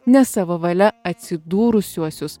ne savo valia atsidūrusiuosius